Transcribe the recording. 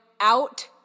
out